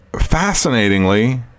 Fascinatingly